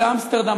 באמסטרדם,